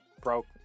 broke